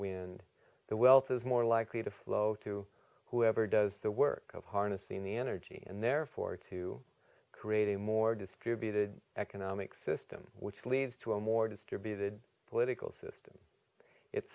wind the wealth is more likely to flow to whoever does the work of harnessing the energy and therefore to create a more distributed economic system which leads to a more distributed political system it